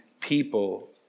people